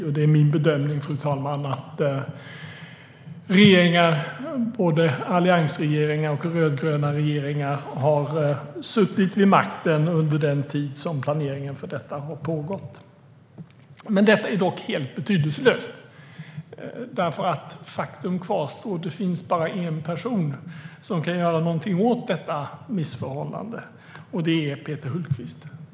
Och det är min bedömning, fru talman, att regeringar, både alliansregeringar och rödgröna regeringar, har suttit vid makten under den tid som planeringen för detta har pågått. Detta är dock helt betydelselöst, för faktum kvarstår att det bara finns en person som kan göra någonting åt detta missförhållande, och det är Peter Hultqvist.